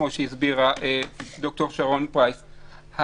כמו שהסבירה ד"ר שרון פרייס.